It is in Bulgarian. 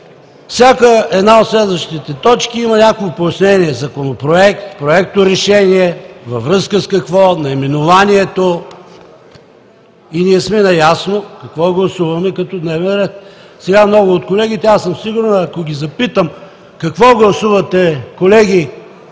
всяка една от следващите точки, има някакво пояснение – законопроект, проект на решение, във връзка с какво, наименованието и ние сме наясно какво гласуваме като дневен ред. Сега много от колегите, аз съм сигурен, ако ги запитам: какво гласувате, колеги,